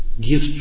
Give